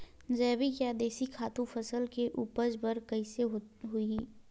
जैविक या देशी खातु फसल के उपज बर कइसे होहय?